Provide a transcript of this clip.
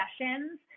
sessions